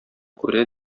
күрә